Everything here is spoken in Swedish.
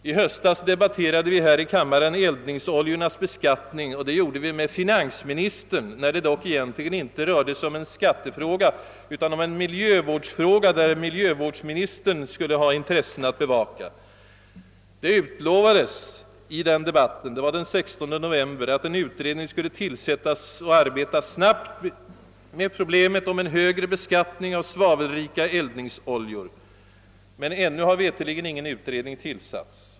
I höstas debatterade jag här i kammaren eldningsoljornas beskattning med finansministern — när det egentligen inte rörde sig om en skattefråga utan om en miljövårdsfråga, där miljövårdsministern skulle ha intressen att bevaka. Det utlovades vid denna debatt — det var den 16 november — att en utredning skulle tillsättas och arbeta snabbt med problemet om en högre beskattning av svavelrika eldningsoljor. Men ännu har veterligen ingen utredning tillsatts.